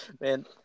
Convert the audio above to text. man